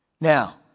Now